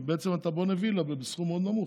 ובעצם אתה מקים וילה בסכום מאוד נמוך,